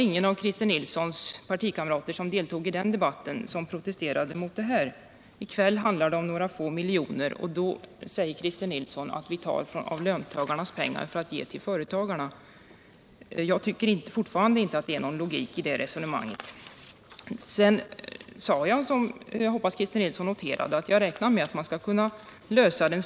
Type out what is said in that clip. Ingen av Christer Nilssons partikamrater som deltog i den debatten protesterade mot detta. I kväll handlar det om några få miljoner, men då säger Christer Nilsson att vi tar av löntagarnas pengar för att ge till företagarna. Jag tycker fortfarande inte att det är någon logik i det resonemanget. Jag räknar med att man skall kunna finna en annan form för finansiering av stödet under nästa år.